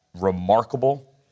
remarkable